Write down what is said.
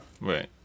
Right